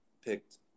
picked